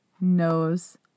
knows